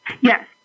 Yes